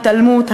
התעלמות,